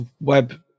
web